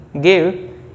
give